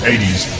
80s